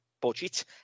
budget